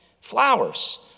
Flowers